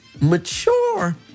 mature